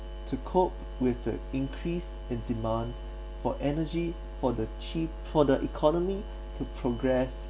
to cope with the increase in demand for energy for the cheap for the economy to progress